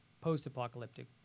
post-apocalyptic